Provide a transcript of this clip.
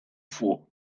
fuq